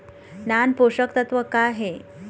नान पोषकतत्व का हे?